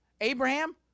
Abraham